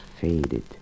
faded